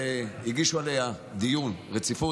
והגישו עליו דיון רציפות.